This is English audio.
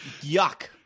yuck